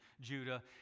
Judah